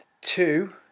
two